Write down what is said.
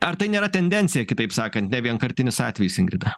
ar tai nėra tendencija kitaip sakant ne vienkartinis atvejis ingrida